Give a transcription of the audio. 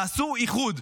תעשו איחוד,